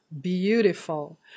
beautiful